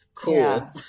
cool